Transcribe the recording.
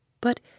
But